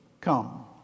come